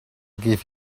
give